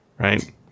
Right